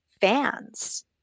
fans